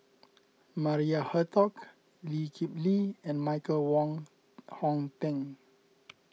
Maria Hertogh Lee Kip Lee and Michael Wong Hong Teng